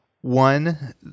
one